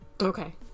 Okay